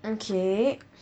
mm K